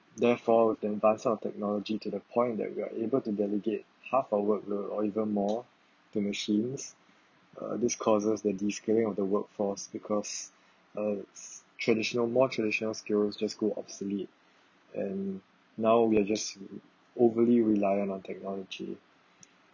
therefore with the advancement of technology to the point that we are able to delegate half our workload or even more to machines uh this causes the descaling of the workforce because uh it's traditional more traditional skills just go obsolete and now we are just overly reliant on technology